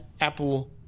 Apple